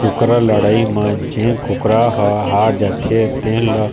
कुकरा लड़ई म जेन कुकरा ह हार जाथे तेन ल